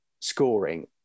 Scoring